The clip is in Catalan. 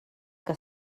que